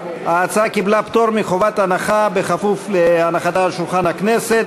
ההצעה קיבלה פטור מחובת הנחה כפוף להנחתה על שולחן הכנסת.